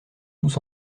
tous